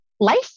Life